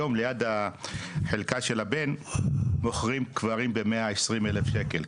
היום ליד החלקה של הבן מוכרים קברים ב-120,000 שקלים.